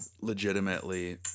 legitimately